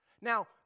Now